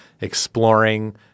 exploring